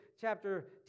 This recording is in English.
chapter